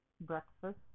breakfast